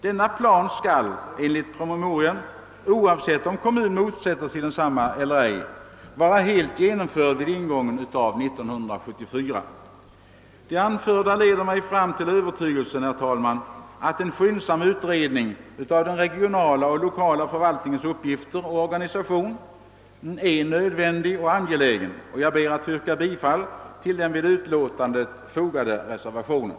Denna plan skall — oavsett om kommun motsätter sig densamma — vara helt genomförd vid ingången av 1974. Det anförda leder mig fram till övertygelsen, herr talman, att en skyndsam utredning av den regionala och l1okala förvaltningens uppgifter och organisation är angelägen och nödvändig. Jag ber att få yrka bifall till den vid utlåtandet fogade reservationen.